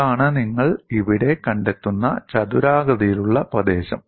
അതാണ് നിങ്ങൾ ഇവിടെ കണ്ടെത്തുന്ന ചതുരാകൃതിയിലുള്ള പ്രദേശം